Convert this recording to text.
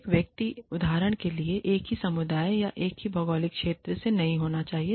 प्रत्येक व्यक्ति उदाहरण के लिए एक ही समुदाय या एक ही भौगोलिक क्षेत्र से नहीं होना चाहिए